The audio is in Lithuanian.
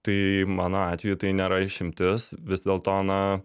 tai mano atveju tai nėra išimtis vis dėlto na